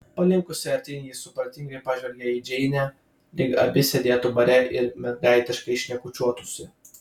palinkusi artyn ji supratingai pažvelgė į džeinę lyg abi sėdėtų bare ir mergaitiškai šnekučiuotųsi